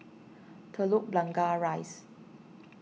Telok Blangah Rise